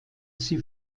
sie